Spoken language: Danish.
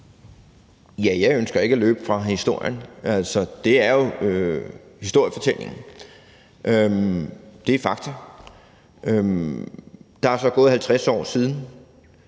Ja, jeg ønsker ikke at løbe fra historien. Det er jo i historiefortællingen. Det er fakta. Der er så gået 50 år siden,